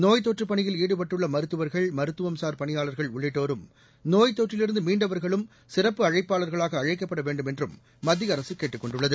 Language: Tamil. நோய் தொற்று பணியில் ஈடுபட்டுள்ள மருத்துவர்கள் மருத்துவம்சார் பணியாளர்கள் உள்ளிட்டோரும் நோய் தொற்றிலிருந்து மீண்டவர்களும் சிறப்பு அழைப்பாளர்களாக அழைக்கப்பட வேண்டுமென்றும் மத்திய அரசு கேட்டுக் கொண்டுள்ளது